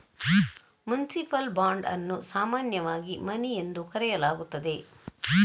municipal bond ಅನ್ನು ಸಾಮಾನ್ಯವಾಗಿ money ಎಂದು ಕರೆಯಲಾಗುತ್ತದೆ